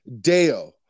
Dale